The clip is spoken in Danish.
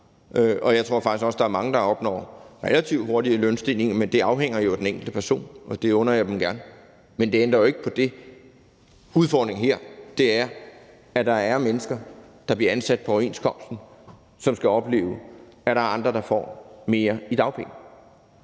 og jeg tror faktisk også, at der er mange, der opnår relativt hurtige lønstigninger, men det afhænger jo af den enkelte person, og det under jeg dem gerne. Men det ændrer jo ikke på, at udfordringen her er, at der er mennesker, der bliver ansat på overenskomsten, som skal opleve, at der er andre, der får mere på dagpenge.